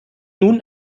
nun